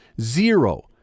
zero